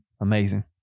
Amazing